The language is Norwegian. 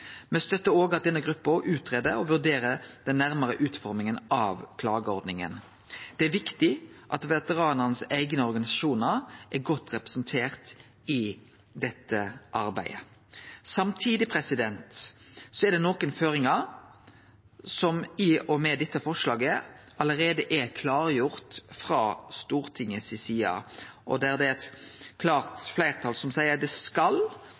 Me støttar òg at denne gruppa greier ut og vurderer den nærare utforminga av klageordninga. Det er viktig at veteranane sine eigne organisasjonar er godt representerte i dette arbeidet. Samtidig er det nokre føringar som i og med dette forslaget allereie er klargjorde frå Stortinget si side, der det er eit klart fleirtal som seier at det skal